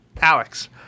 Alex